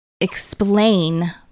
explain